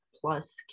plus